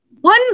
One